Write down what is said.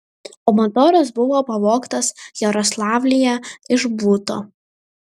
o motoras buvo pavogtas jaroslavlyje iš buto